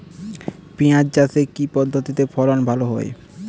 পিঁয়াজ চাষে কি পদ্ধতিতে ফলন ভালো হয়?